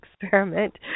experiment